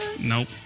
Nope